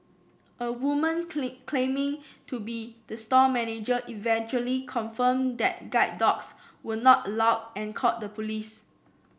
a woman claiming to be the store manager eventually confirmed that guide dogs were not allowed and called the police